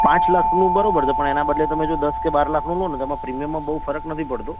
પાંચ લાખનું બરોબર છે પણ એના બદલે તમે દસ કે બાર લાખનું લોને તો તમારે પ્રીમિયમમાં બહુ ફરક નથી પડતો